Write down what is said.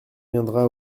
viendra